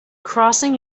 crossing